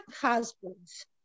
husbands